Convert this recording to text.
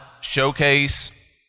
showcase